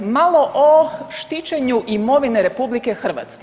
Malo o štićenju imovine RH.